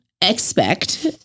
expect